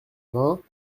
vingts